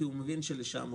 כי הוא מבין שלשם הולכים.